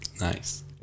nice